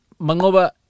Mangoba